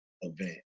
event